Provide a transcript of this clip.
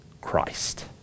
Christ